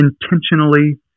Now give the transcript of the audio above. intentionally